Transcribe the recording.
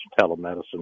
telemedicine